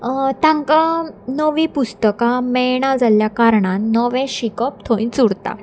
तांकां नवीं पुस्तकां मेळना जाल्ल्या कारणान नवें शिकप थंयच उरता